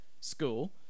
school